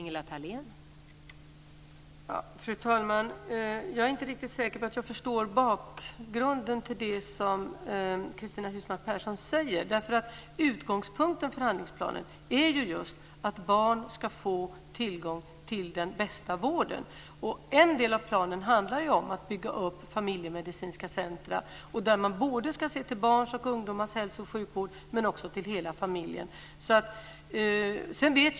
Fru talman! Jag är inte riktigt säker på att jag förstår vad som är bakgrunden till det som Cristina Husmark Pehrsson säger. Utgångspunkten för handlingsplanen är just att barn ska få tillgång till den bästa vården. En del av planen handlar om att man ska bygga upp familjemedicinska centrum där man ska se såväl till barns och ungdomars som till hela familjens hälso och sjukvård.